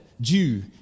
Jew